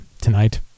tonight